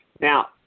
Now